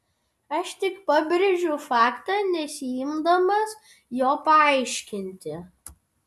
aš tik pabrėžiu faktą nesiimdamas jo paaiškinti